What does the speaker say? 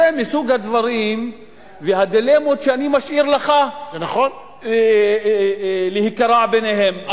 זה מסוג הדברים והדילמות שאני משאיר לך להיקרע ביניהן.